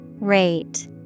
Rate